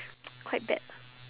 quite bad